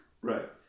Right